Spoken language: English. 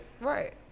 Right